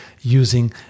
using